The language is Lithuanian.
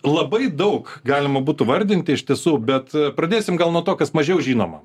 labai daug galima būtų vardinti iš tiesų bet pradėsim gal nuo to kas mažiau žinoma